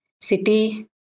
city